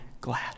glad